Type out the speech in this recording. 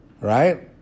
Right